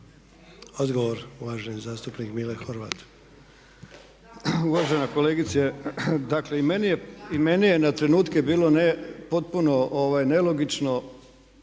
Odgovor uvaženi zastupnik Mile Horvat.